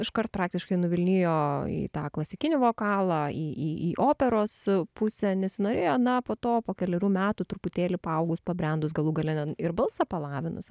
iškart praktiškai nuvilnijo į tą klasikinį vokalą į į į operos pusę nesinorėjo na po to po kelerių metų truputėlį paaugus pabrendus galų gale net ir balsą palavinus